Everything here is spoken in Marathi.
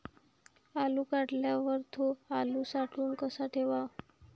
आलू काढल्यावर थो आलू साठवून कसा ठेवाव?